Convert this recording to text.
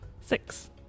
Six